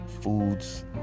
foods